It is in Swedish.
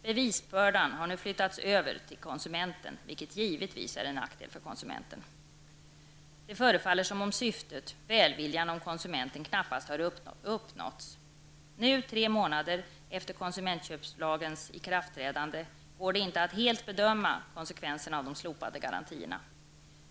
Bevisbördan har nu flyttats över till konsumenten, vilket givetvis är en nackdel för konsumenten. Det förefaller som om syftet, välviljan om konsumenten, knappast har uppnåtts. Nu, tre månader efter konsumentköplagens ikraftträdande, går det inte att helt bedöma konsekvenserna av de slopade garantierna.